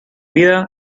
vida